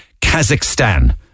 Kazakhstan